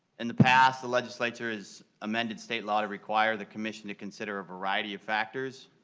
in the past the legislature has amended state law to require the commission to consider variety of factors.